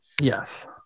Yes